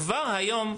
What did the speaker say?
כבר היום,